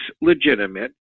legitimate